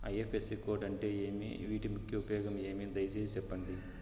IFSC code అంటే ఏమి? వీటి ముఖ్య ఉపయోగం ఏమి? దయసేసి సెప్పండి?